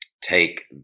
take